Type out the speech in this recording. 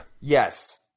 Yes